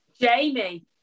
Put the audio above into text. Jamie